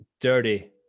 dirty